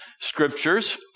scriptures